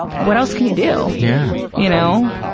what else can you do? yeah. you know,